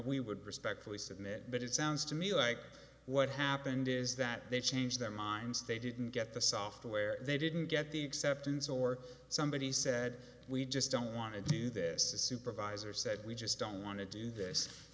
we would respectfully submit but it sounds to me like what happened is that they changed their minds they didn't get the software they didn't get the acceptance or somebody said we just don't want to do this a supervisor said we just don't want to do this